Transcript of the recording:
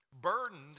burdened